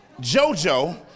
Jojo